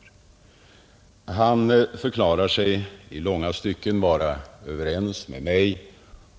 Herr Carlshamre förklarade sig i långa stycken vara överens med mig